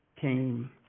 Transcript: came